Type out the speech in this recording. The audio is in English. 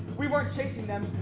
we weren't chasing them,